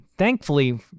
Thankfully